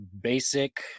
basic